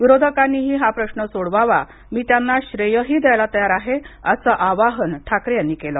विरोधकांनीही हा प्रश्न सोडवावा मी त्यांना श्रेयही द्यायला तयार आहे असं आवाहन ठाकरे यां नी केलं